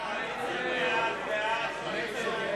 עוברים לעובדים זרים,